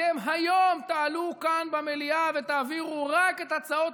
אתם היום תעלו כאן במליאה ותעבירו רק את הצעות